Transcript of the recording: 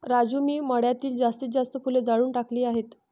राजू मी मळ्यातील जास्तीत जास्त फुले जाळून टाकली आहेत